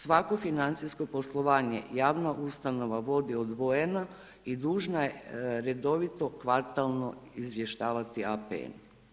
Svako financijsko poslovanje javna ustanova vodi odvojeno i dužna je redovito kvartalno izvještavati APN.